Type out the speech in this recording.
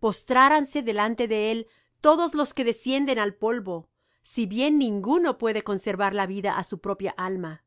postraránse delante de él todos los que descienden al polvo si bien ninguno puede conservar la vida á su propia alma